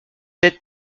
ted